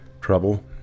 trouble